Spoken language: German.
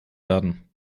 werden